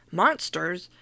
monsters